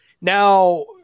now